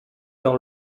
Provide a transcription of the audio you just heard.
dans